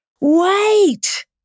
Wait